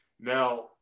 Now